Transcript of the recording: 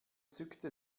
zückte